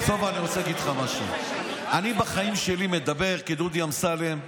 אני רוצה להגיד לך משהו: אני בחיים שלי מדבר כדודי אמסלם.